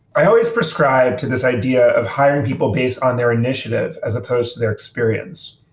i always prescribe to this idea of hiring people based on their initiative, as opposed to their experience.